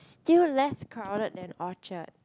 still less crowded than Orchard